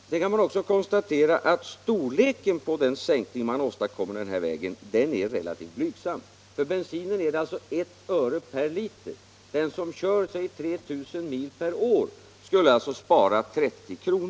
Vidare konstaterar jag att den sänkning man skulle kunna åstadkomma på den vägen är relativt blygsam. För bensinen blir den bara 1 öre per liter. Den som kör 3 000 mil om året skulle med andra ord spara 30 kr.